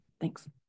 Thanks